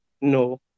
no